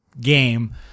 game